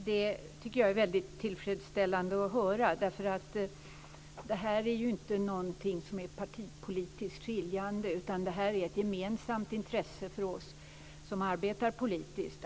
Fru talman! Det är tillfredsställande att höra. Detta är inte en partipolitiskt skiljande fråga utan ett gemensamt intresse för oss som arbetar politiskt.